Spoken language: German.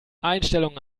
einstellungen